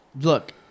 look